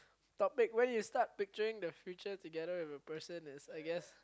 topic when you start picturing the future together with the person as I guess